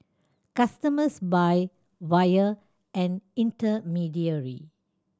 customers buy via an intermediary